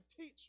teach